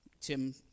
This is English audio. Tim